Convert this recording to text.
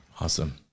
Awesome